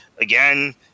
again